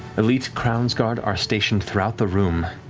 elite crownsguard are stationed throughout the room,